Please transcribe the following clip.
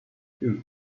two